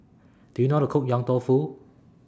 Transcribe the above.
Do YOU know How to Cook Yong Tau Foo